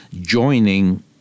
joining